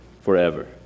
forever